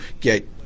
get